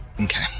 Okay